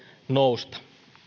nousta